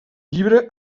llibre